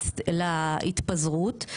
להתפזרות.